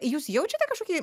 jūs jaučiate kažkokį